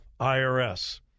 IRS